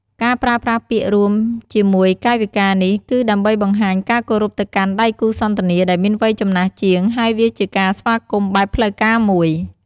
ការប្រើប្រាស់ពាក្យរួមជាមួយកាយវិការនេះ គឺដើម្បីបង្ហាញការគោរពទៅកាន់ដៃគូសន្ទនាដែលមានវ័យចំណាស់ជាង ហើយវាជាការស្វាគមន៍បែបផ្លូវការមួយ។